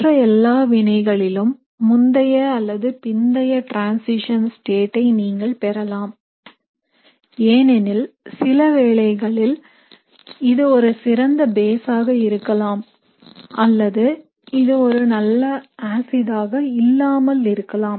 மற்ற எல்லா வினைகளிலும் முந்தைய அல்லது பிந்தைய டிரன்சிஷன் ஸ்டேட் ஐ நீங்கள் பெறலாம் ஏனெனில் சிலவேளைகளில் இது ஒரு சிறந்த பேசாக இருக்கலாம் அல்லது இது ஒரு நல்ல ஆசிட் ஆக இல்லாமல் இருக்கலாம்